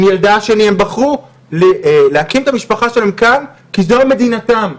הם בחרו להקים את המשפחה שלהם כאן, כי זאת מדינתם.